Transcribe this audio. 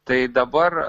tai dabar